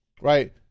Right